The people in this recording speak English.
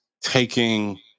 taking